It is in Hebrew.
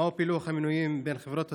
2. מה פילוח המינויים בין חברות הסלולר?